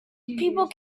people